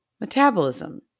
metabolism